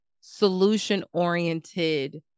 solution-oriented